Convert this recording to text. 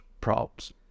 problems